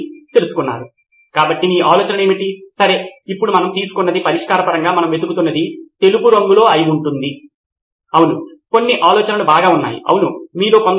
ఉపాధ్యాయుడికి ఇలాంటి వాటిపై ఆసక్తి లేకపోతే అప్పుడు మనము తరగతి CR తో లేదా తరగతిలో ఉత్తమ విద్యార్థి లేదా విద్యార్థులు చేయించాలి అన్నింటికన్నా ఉత్తమమైన సమాచారము ఉన్న ఎంపికతో ముందుకు రావచ్చు